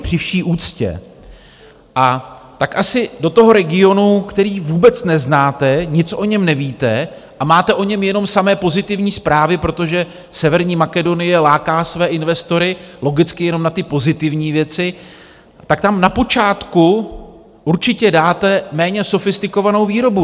Při vší úctě asi do toho regionu, který vůbec neznáte, nic o něm nevíte a máte o něm jenom samé pozitivní zprávy, protože Severní Makedonie láká své investory logicky jenom na ty pozitivní věci, tak tam na počátku určitě dáte méně sofistikovanou výrobu.